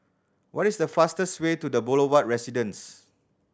what is the fastest way to The Boulevard Residence